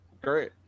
great